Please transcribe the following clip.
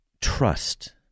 trust